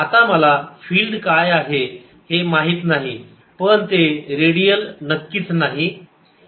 आता मला फिल्ड काय आहे हे माहीत नाही पण ते रेडियल नक्कीच नाही